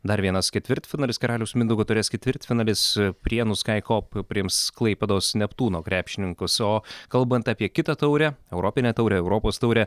dar vienas ketvirtfinalis karaliaus mindaugo taurės ketvirtfinalis prienų skaikop priims klaipėdos neptūno krepšininkus o kalbant apie kitą taurę europinę taurę europos taurę